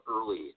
early